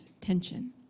tension